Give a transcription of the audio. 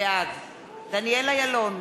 בעד דניאל אילון,